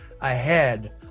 ahead